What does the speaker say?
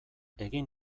egin